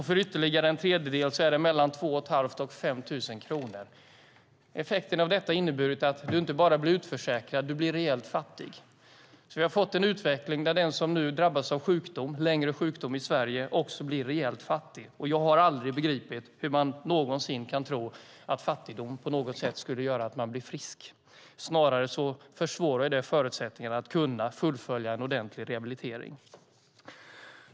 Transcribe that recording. För ytterligare en tredjedel är det mellan 2 500 och 5 000 kronor. Effekten av detta är att du inte bara blir utförsäkrad, du blir rejält fattig. Vi har fått en utveckling där den som drabbas av längre sjukdom i Sverige också blir rejält fattig. Jag har aldrig begripit hur man någonsin kan tro att fattigdom på något sätt skulle göra att människor blir friska. Snarare försvårar det förutsättningarna att kunna fullfölja en ordentlig rehabilitering.